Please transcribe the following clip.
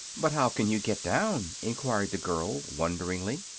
but how can you get down? enquired the girl, wonderingly.